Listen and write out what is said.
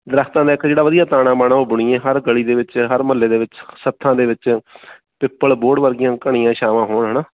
ਦਰੱਖਤਾਂ ਦਾ ਇੱਥੇ ਜਿਹੜਾ ਵਧੀਆ ਤਾਣਾ ਬਾਣਾ ਉਹ ਬੁਣੀਏ ਹਰ ਗਲੀ ਦੇ ਵਿੱਚ ਹਰ ਮਹੱਲੇ ਦੇ ਵਿੱਚ ਸੱਥਾਂ ਦੇ ਵਿੱਚ ਪਿੱਪਲ ਬੋਹੜ ਵਰਗੀਆਂ ਘਣੀਆਂ ਛਾਵਾਂ ਹੋਣ ਹੈ ਨਾ